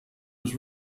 was